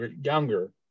younger